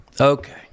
Okay